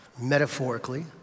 metaphorically